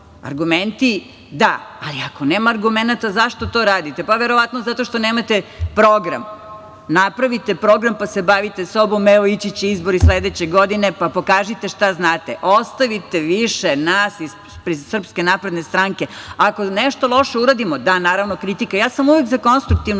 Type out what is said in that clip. bolesno. Argumenti, da, ali ako nema argumenata, zašto to radite? Verovatno zato što nemate program. Napravite program, pa se bavite sobom, evo, ići će izbori sledeće godine, pa pokažite šta znate. Ostavite više nas iz SNS. Ako nešto loše uradimo, da, naravno, kritika, ja sam uvek za konstruktivnu